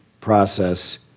process